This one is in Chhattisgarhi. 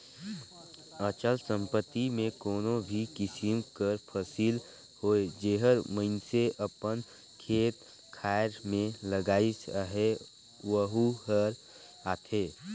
अचल संपत्ति में कोनो भी किसिम कर फसिल होए जेहर मइनसे अपन खेत खाएर में लगाइस अहे वहूँ हर आथे